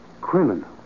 criminal